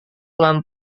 pelan